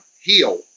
heal